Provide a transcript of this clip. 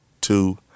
two